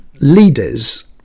leaders